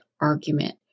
argument